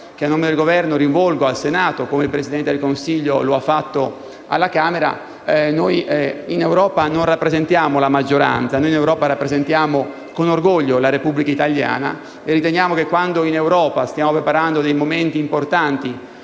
che a nome del Governo rivolgo al Senato, come il Presidente del Consiglio ha fatto alla Camera. Noi in Europa non rappresentiamo la maggioranza, ma rappresentiamo, con orgoglio, la Repubblica italiana e riteniamo che, quando in Europa stiamo preparando momenti importanti